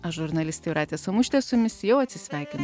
aš žurnalistė jūratė samušytė jau atsisveikinu